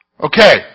Okay